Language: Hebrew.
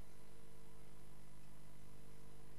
התשע"א התשע"א 2011,